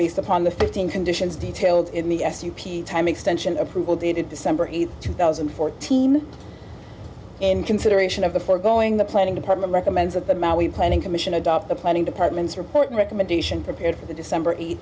based upon the fifteen conditions detailed in the s u p time extension approval dated december eighth two thousand and fourteen in consideration of the foregoing the planning department recommends of them are we planning commission adopt the planning department's report recommendation prepared for the december